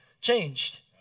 changed